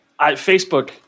Facebook